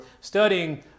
studying